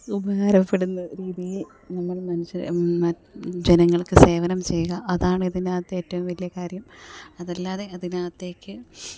ഉപകാരപ്പെടുന്ന രീതിയിൽ നമ്മൾ മനുഷ്യരെ മ് ജനങ്ങൾക്ക് സേവനം ചെയ്യുക അതാണിതിനകത്തേറ്റവും വലിയ കാര്യം അതല്ലാതെ അതിനകത്തേക്ക്